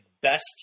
best